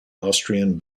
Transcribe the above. austrian